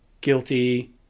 guilty